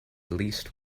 least